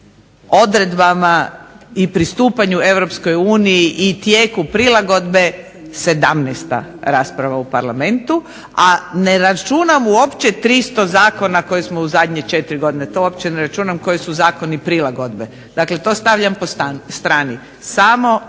odredbama i pristupanju Europskoj uniji i tijeku prilagodbe sedamnaesta rasprava u Parlamentu, a ne računam uopće 300 zakona koje smo u zadnje četiri godine koji su zakoni prilagodbe. Dakle, to ostavljam po strani. Samo